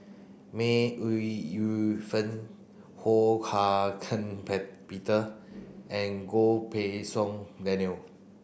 May Ooi Yu Fen Ho Hak Ean Peter and Goh Pei Siong Daniel